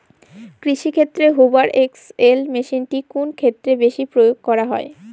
কৃষিক্ষেত্রে Hoover XL মেশিনটি কোন ক্ষেত্রে বেশি প্রয়োগ করা হয়?